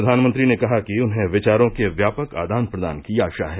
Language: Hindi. प्रधानमंत्री ने कहा कि उन्हें विचारों के व्यापक आदान प्रदान की आशा है